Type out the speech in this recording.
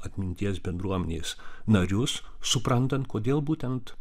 atminties bendruomenės narius suprantant kodėl būtent